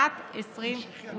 בשנת 2022 לבדה.